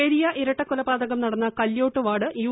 പെരിയ ഇരട്ടക്കൊലപാതകം നടന്ന Kalyott ward U